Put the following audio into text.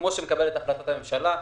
כמו שמתקבלת החלטת הממשלה,